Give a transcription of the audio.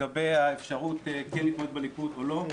לגבי האפשרות כן להתמודד בליכוד או לא,